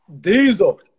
Diesel